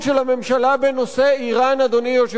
אדוני יושב-ראש ועדת החוץ והביטחון,